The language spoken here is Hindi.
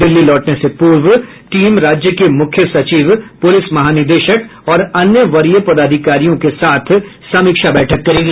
दिल्ली लौटने से पूर्व टीम राज्य के मुख्य सचिव पुलिस महानिदेशक और अन्य वरीय पदाधिकारियों के साथ समीक्षा बैठक करेगी